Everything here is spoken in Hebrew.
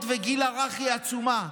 מהמעונות והגיל הרך היא עצומה.